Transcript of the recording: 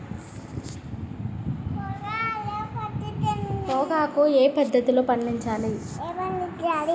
పొగాకు ఏ పద్ధతిలో పండించాలి?